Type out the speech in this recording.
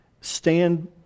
stand